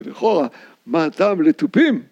‫לכאורה, מה הטעם לתופים?